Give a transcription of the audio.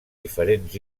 diferents